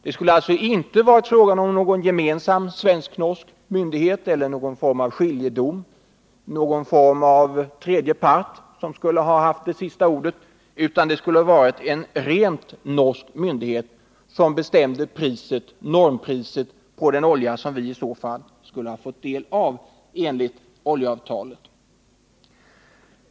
Det var alltså inte fråga om att någon gemensam svensk-norsk myndighet skulle ha haft det sista ordet eller att man skulle ha tillämpat någon form av skiljedomsförfarande och hört tredje part, utan en rent norsk myndighet skulle bestämma normpriset på den olja som vi i så fall skulle ha fått del av enligt oljeavtalet.